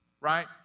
right